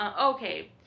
Okay